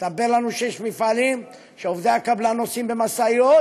הסתבר לנו שיש מפעלים שבהם עובדי הקבלן נוסעים במשאיות